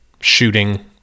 shooting